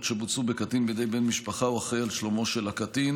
שבוצעו בקטין בידי בן משפחה או אחראי לשלומו של הקטין.